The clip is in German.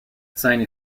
seine